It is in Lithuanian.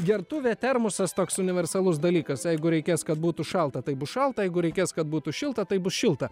gertuvė termosas toks universalus dalykas jeigu reikės kad būtų šalta tai bus šalta jeigu reikės kad būtų šilta tai bus šilta